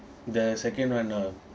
the second one ah